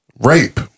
Rape